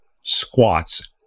squats